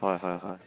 হয় হয় হয়